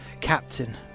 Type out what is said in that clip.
Captain